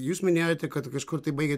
jūs minėjote kad kažkur tai baigiat